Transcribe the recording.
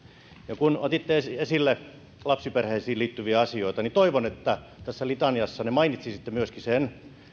ja kun otitte esille esille lapsiperheisiin liittyviä asioita niin toivon että tässä litaniassa mainitsisitte myöskin sen